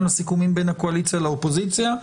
לסיכומים בין הקואליציה לאופוזיציה.